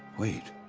wait.